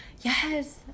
yes